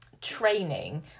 training